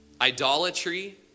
idolatry